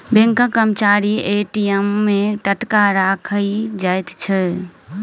बैंकक कर्मचारी ए.टी.एम मे टाका राइख जाइत छै